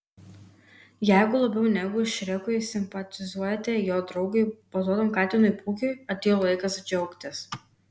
jeigu labiau negu šrekui simpatizuojate jo draugui batuotam katinui pūkiui atėjo laikas džiaugtis